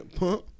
pump